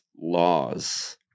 laws